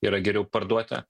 yra geriau parduoti